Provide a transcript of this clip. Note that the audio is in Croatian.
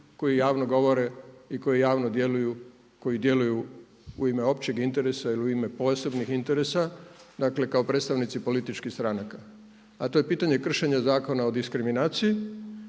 koji javno govore i koji javno djeluju, koji djeluju u ime općeg interesa ili u ime posebnih interesa, dakle kao predstavnici političkih stranaka, a to je pitanje kršenja Zakona o diskriminaciji